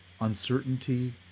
uncertainty